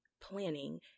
planning